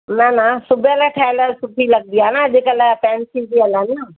न न सुबियलु ठहियलु सुठी लगंदी आहे न अॼु कल्ह फ़ैंसी थी हलनि न